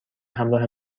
همراه